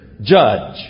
judge